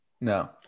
No